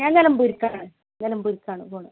ഞാനെന്തായാലും അമ്പൂരിക്കാണ് ഞാനമ്പൂരിക്കാണ് പോകണത്